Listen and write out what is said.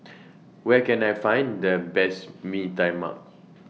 Where Can I Find The Best Bee Tai Mak